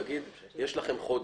להגיד יש לכם חודש.